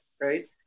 right